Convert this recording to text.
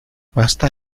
basta